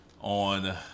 on